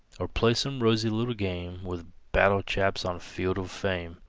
or play some rosy little game with battle-chaps on fields of fame,